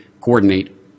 coordinate